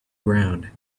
ground